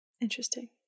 Interesting